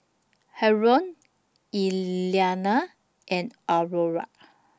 Harold Iliana and Aurora